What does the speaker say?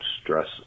stress